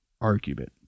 argument